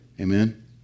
Amen